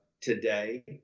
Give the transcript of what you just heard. today